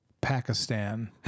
Pakistan